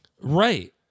right